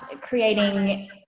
creating